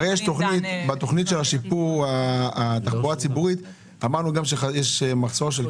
בתוכנית של שיפור התחבורה הציבורית אמרנו גם שיש מחסור של